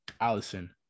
Allison